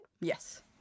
Yes